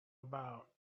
about